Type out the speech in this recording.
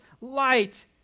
light